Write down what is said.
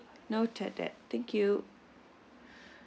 okay noted that thank you